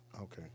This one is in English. Okay